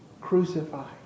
crucified